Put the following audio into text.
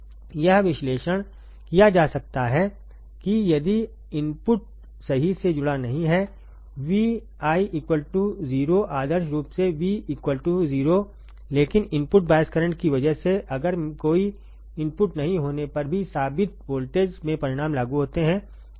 यह विश्लेषण किया जा सकता है कि यदि इनपुट सही से जुड़ा नहीं है VI 0 आदर्श रूप से V 0 लेकिन इनपुट बायस करंट की वजह से अगर कोई इनपुट नहीं होने पर भी साबित वोल्टेज में परिणाम लागू होते हैं ठीक है